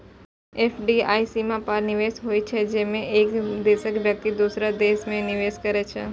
FDI सीमा पार निवेश होइ छै, जेमे एक देशक व्यक्ति दोसर देश मे निवेश करै छै